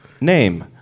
Name